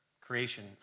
creation